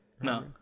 No